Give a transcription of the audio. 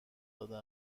داده